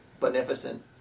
beneficent